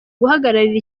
guhagararira